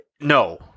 No